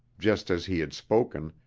just as he had spoken,